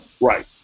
Right